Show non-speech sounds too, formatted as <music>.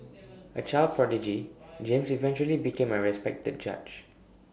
<noise> A child prodigy James eventually became A respected judge